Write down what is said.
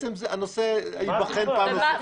הנושא ייבחן בפעם הנוספת ויחליטו.